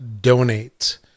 donate